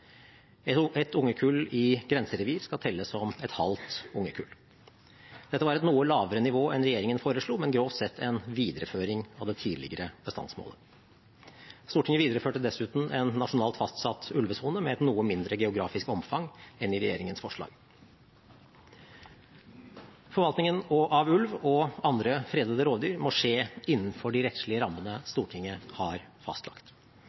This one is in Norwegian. Et ungekull i grenserevir skal telle som et halvt ungekull. Dette var et noe lavere nivå enn regjeringen foreslo, men er grovt sett en videreføring av det tidligere bestandsmålet. Stortinget videreførte dessuten en nasjonalt fastsatt ulvesone, med et noe mindre geografisk omfang enn i regjeringens forslag. Forvaltningen av ulv og andre fredete rovdyr må skje innenfor de rettslige rammene Stortinget har fastlagt.